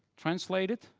translated,